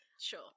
Sure